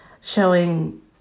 showing